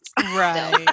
Right